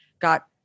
got